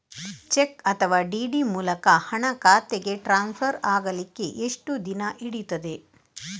Check ಅಥವಾ DD ಮೂಲಕ ಹಣ ಖಾತೆಗೆ ಟ್ರಾನ್ಸ್ಫರ್ ಆಗಲಿಕ್ಕೆ ಎಷ್ಟು ದಿನ ಹಿಡಿಯುತ್ತದೆ?